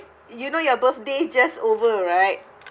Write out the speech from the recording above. you know your birthday just over right